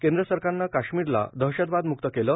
केंद्र सरकानं काश्मिरला दहशतवादमुक्त केलं